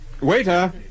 Waiter